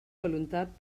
voluntat